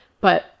But-